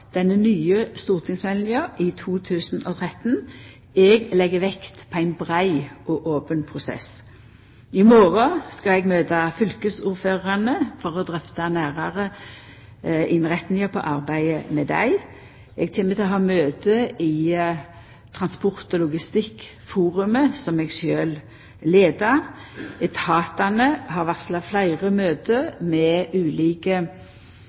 nye stortingsmeldinga i 2013. Eg legg vekt på ein brei og open prosess. I morgon skal eg møta fylkesordførarane for å drøfta nærare innretninga på arbeidet med dei. Eg kjem til å ha møte i transport- og logistikkforumet, som eg sjølv leier. Etatane har varsla fleire møte med ulike